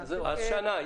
אז שנה.